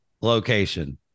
location